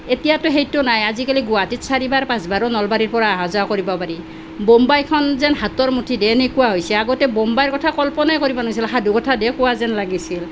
এতিয়াতো সেইটো নাই আজিকালি গুৱাহাটীত চাৰিবাৰ পাঁচবাৰো নলবাৰীৰ পৰা অহা যোৱা কৰিব পাৰি বোম্বাইখন যেন হাতৰ মুঠিত এনেকুৱা হৈছে আগতে বোম্বাইৰ কথা কল্পনাই কৰিব নোৱাৰিছিল সাধু কথাৰ দৰে কোৱা যেন লাগিছিল